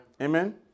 Amen